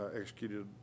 executed